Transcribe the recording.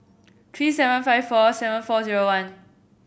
three seven five four seven four zero one